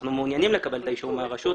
אנחנו מעוניינים לקבל את האישור מהרשות,